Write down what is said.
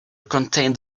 contained